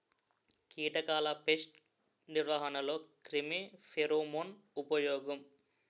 కీటకాల పేస్ట్ నిర్వహణలో క్రిమి ఫెరోమోన్ ఉపయోగం